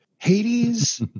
Hades